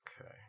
Okay